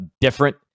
different